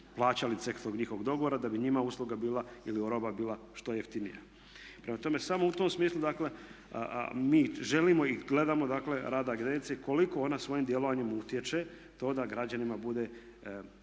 plaćali ceh tog njihovog dogovora, da bi njima usluga bila ili roba bila što jeftinija. Prema tome, samo u tom smislu dakle mi želimo i gledamo dakle rad agencije, koliko ona svojim djelovanjem utječe to da građanima bude